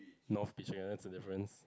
north beach ya that's a difference